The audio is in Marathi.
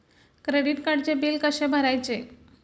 क्रेडिट कार्डचे बिल कसे भरायचे?